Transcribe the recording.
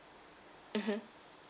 mmhmm